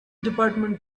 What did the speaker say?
department